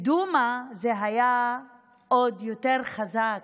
בדומא זה היה עוד יותר חזק,